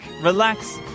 relax